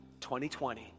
2020